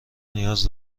نیاز